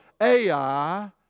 Ai